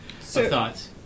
thoughts